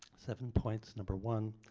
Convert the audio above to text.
seven points. number one.